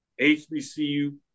HBCU